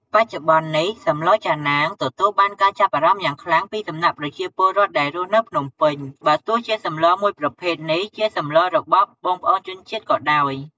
បច្ចុប្បន្ននេះ សម្លចាណាង ទទួលបានការចាប់អារម្មណ៍យ៉ាងខ្លាំង ពីសំណាក់ប្រជាពលរដ្ឋដែលរស់នៅភ្នំពេញ បើទោះជាសម្លមួយប្រភេទនេះជាសម្លបស់បងប្អូនជនជាតិក៏ដោយ។